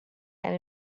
and